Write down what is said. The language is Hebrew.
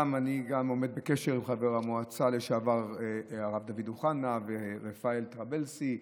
אני גם עומד בקשר עם חברי המועצה לשעבר הרב דוד אוחנה ורפאל טרבלסי,